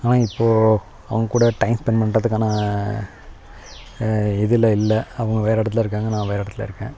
ஆனால் இப்போது அவங்க கூட டைம் ஸ்பெண்ட் பண்ணுறதுக்கான இதில் இல்லை அவங்க வேறு இடத்துல இருக்காங்க நான் வேறு இடத்துல இருக்கேன்